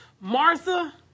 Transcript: Martha